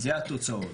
זה התוצאות.